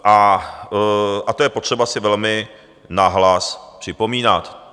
A to je potřeba si velmi nahlas připomínat.